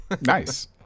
nice